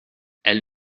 elle